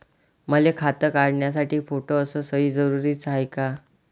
मले खातं काढासाठी फोटो अस सयी जरुरीची हाय का?